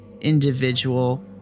individual